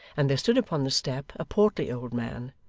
and there stood upon the step a portly old man,